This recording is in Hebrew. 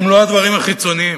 הם לא הדברים החיצוניים.